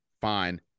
fine